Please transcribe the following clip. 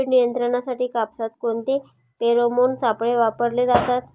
कीड नियंत्रणासाठी कापसात कोणते फेरोमोन सापळे वापरले जातात?